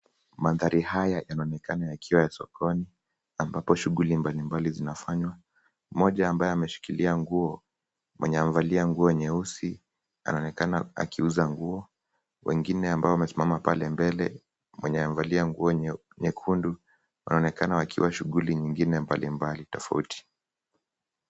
Mandhari haya yanaonekana yakiwa ya sokoni ambapo shughuli mbalimbali zinafanywa. Mmoja ambaye ameshikilia nguo, mwenye amevalia nguo nyeusi anaonekana akiuza nguo. Wengine ambao wamesimama pale mbele mwenye amevalia nguo nyekundu wanaonekana wakiwa shughuli nyingine mbalimbali tofauti.